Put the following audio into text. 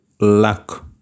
luck